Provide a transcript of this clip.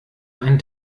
ein